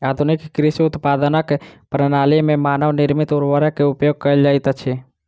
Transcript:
आधुनिक कृषि उत्पादनक प्रणाली में मानव निर्मित उर्वरक के उपयोग कयल जाइत अछि